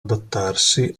adattarsi